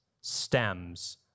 stems